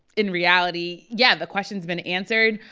in reality, yeah, the question's been answered,